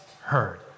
heard